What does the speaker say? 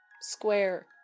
Square